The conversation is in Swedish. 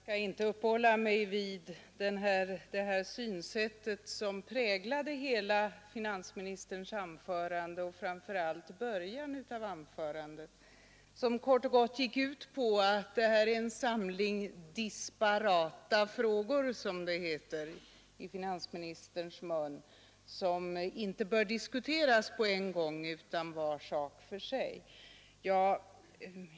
Herr talman! Jag skall inte uppehålla mig vid det synsätt som präglade hela finansministerns anförande, framför allt början av det. Det gick kort och gott ut på att det här gäller en samling disparata frågor — som det heter i finansministerns mun — som inte bör diskuteras på en gång utan var för sig.